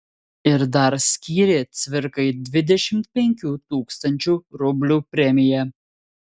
ir dar skyrė cvirkai dvidešimt penkių tūkstančių rublių premiją